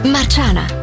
Marciana